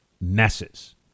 messes